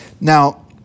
Now